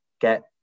get